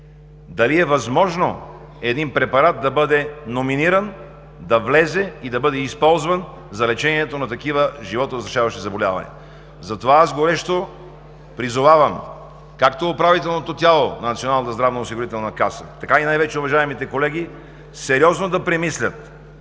дали е възможно един препарат да бъде номиниран да влезе и да бъде използван за лечението на такива животозастрашаващи заболявания. Затова аз горещо призовавам както управителното тяло на Националната здравноосигурителна каса, така и най-вече уважаемите колеги сериозно да премислят,